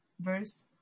verse